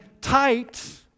tight